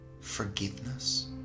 forgiveness